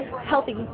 healthy